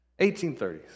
1830s